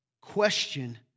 question